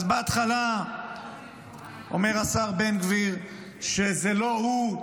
אז בהתחלה אומר השר בן גביר שזה לא הוא,